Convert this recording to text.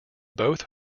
both